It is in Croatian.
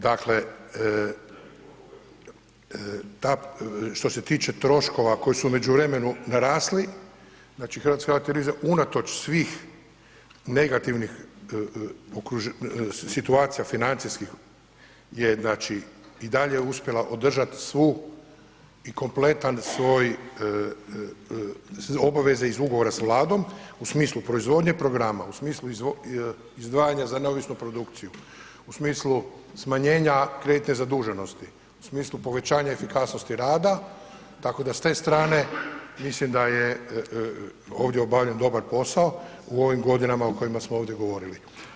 Dakle, što se tiče troškova koji su u međuvremenu narasli znači HRT unatoč svih negativnih situacija financijskih je i dalje uspjela održati svu i kompletne svoje obveze iz ugovora s Vladom u smislu proizvodnje programa u smislu izdvajanja za neovisnu produkciju, u smislu smanjenja kreditne zaduženosti, u smislu povećanja efikasnosti rada tako da s te strane mislim da je ovdje obavljen dobar posao o ovim godinama o kojima smo ovdje govorili.